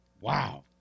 Wow